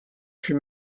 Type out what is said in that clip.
fut